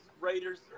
Raiders